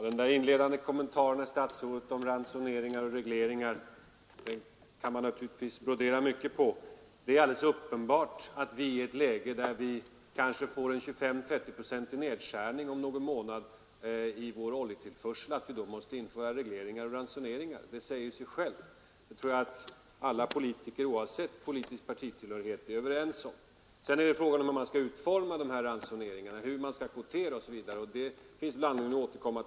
Herr talman! Det går naturligtvis att brodera mycket på statsrådets inledande kommentar om ransoneringar och regleringar. Det är alldeles uppenbart att vi i ett läge, där vi om någon månad kanske får en 25-—30-procentig nedskärning i vår oljetillförsel, måste införa regleringar och ransoneringar. Det säger sig självt. Jag tror att alla politiker, oavsett partitillhörighet, är överens om detta. Sedan uppstår frågan om hur man skall utforma ransoneringarna och hur man skall kvotera. Därtill finns anledning att återkomma.